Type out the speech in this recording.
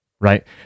Right